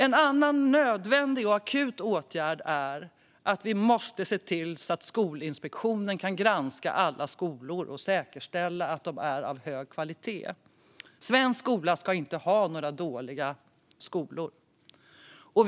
En annan nödvändig och akut åtgärd är att vi måste se till att Skolinspektionen kan granska alla skolor och säkerställa att de är av hög kvalitet. Det ska inte finnas några dåliga skolor i Sverige.